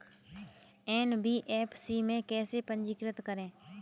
NBFC में कैसे पंजीकृत करें?